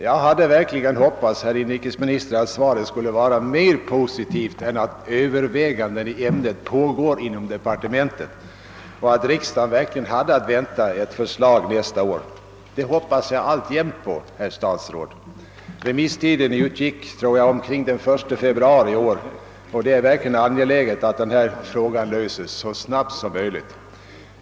Jag hade verkligen hoppats, herr inrikesminister, att svaret i dag skulle vara mera positivt än beskedet att »överväganden i ämnet pågår nu inom inrikesdepartementet» och att riksdagen kunde vänta ett förslag nästa år. Och det hoppas jag alltjämt, herr statsråd! Remisstiden utgick omkring den 1 februari i år, och det är angeläget att denna fråga löses så snabbt som möjligt.